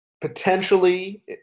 Potentially